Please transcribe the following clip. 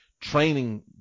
training